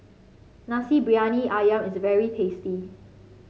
Nasi Briyani ayam is very tasty